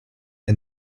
est